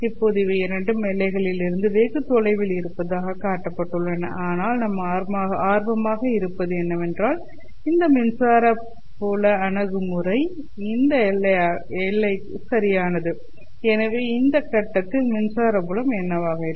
இப்போது இவை இரண்டு எல்லைகளிலிருந்து வெகு தொலைவில் இருப்பதாகக் காட்டப்பட்டுள்ளன ஆனால் நாம் ஆர்வமாக இருப்பது என்னவென்றால் இந்த மின்சார புல அணுகுமுறை இந்த எல்லையாக சரியானது எனவே இந்த கட்டத்தில் மின்சார புலம் என்னவாக இருக்கும்